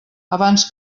abans